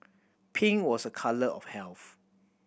pink was a colour of health